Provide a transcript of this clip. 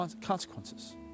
consequences